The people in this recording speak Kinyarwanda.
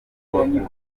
rw’ubuzima